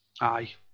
Aye